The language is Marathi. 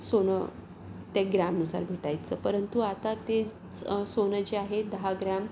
सोनं ते ग्रॅमनुसार भेटायचं परंतु आता ते सोनं जे आहे दहा ग्रॅम